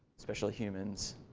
especially humans.